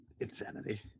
Insanity